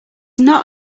not